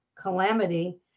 calamity